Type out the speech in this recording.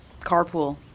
Carpool